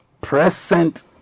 present